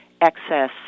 excess